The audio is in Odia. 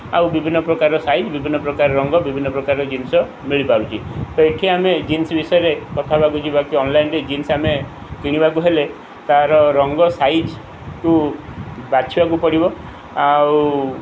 ଆଉ ବିଭିନ୍ନ ପ୍ରକାର ସାଇଜ୍ ବିଭିନ୍ନ ପ୍ରକାର ରଙ୍ଗ ବିଭିନ୍ନ ପ୍ରକାର ଜିନିଷ ମିଳିପାରୁଛି ତ ଏଠି ଆମେ ଜିନ୍ସ ବିଷୟରେ କଥା ହେବାକୁ ଯିବାକି ଅନ୍ଲାଇନ୍ରେ ଜିନ୍ସ ଆମେ କିଣିବାକୁ ହେଲେ ତା'ର ରଙ୍ଗ ସାଇଜ୍କୁୁ ବାଛିବାକୁ ପଡ଼ିବ ଆଉ